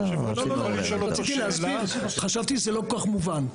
רציתי להסביר, חשבתי שזה לא כל כך מובן.